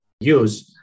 use